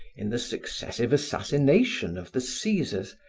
in the successive assassination of the caesars,